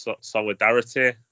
solidarity